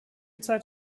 zeit